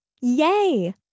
Yay